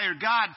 God